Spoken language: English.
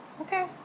Okay